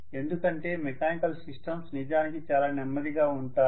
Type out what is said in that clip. ఎందుకంటే mechanical systems నిజానికి చాలా నెమ్మదిగా ఉంటాయి